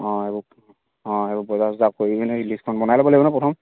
অঁ এইবোৰ অঁ এইবোৰ বজাৰ চজাৰ কৰি পিনে লিষ্টখন বনাই ল'ব লাগিব ন প্ৰথম